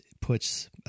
puts